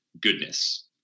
goodness